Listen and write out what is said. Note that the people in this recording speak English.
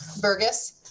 Burgess